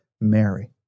Mary